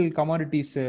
commodities